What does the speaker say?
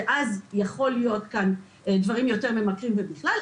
שאז יכול להיות כאן דברים יותר ממכרים ובכלל,